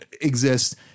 exist